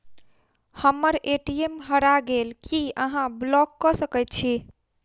हम्मर ए.टी.एम हरा गेल की अहाँ ब्लॉक कऽ सकैत छी?